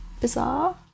bizarre